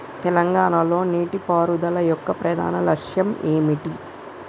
తెలంగాణ లో నీటిపారుదల యొక్క ప్రధాన లక్ష్యం ఏమిటి?